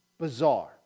bizarre